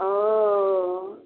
वह